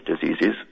diseases